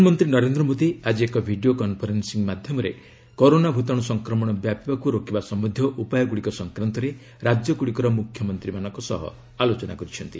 ପ୍ରଧାନମନ୍ତ୍ରୀ ନରେନ୍ଦ୍ର ମୋଦୀ ଆଜି ଏକ ଭିଡ଼ିଓ କନଫରେନ୍ନିଂ ମାଧ୍ୟମରେ କରୋନା ଭୂତାଣୁ ସଂକ୍ରମଣ ବ୍ୟାପିବାକୁ ରୋକିବା ସମ୍ୟନ୍ଧୀୟ ଉପାୟଗୁଡ଼ିକ ସଂକ୍ରାନ୍ତରେ ରାଜ୍ୟଗୁଡ଼ିକର ମୁଖ୍ୟମନ୍ତ୍ରୀମାନଙ୍କ ସହ ଆଲୋଚନା କରିଛନ୍ତି